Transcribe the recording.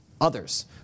others